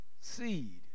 seed